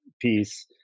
piece